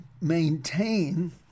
maintain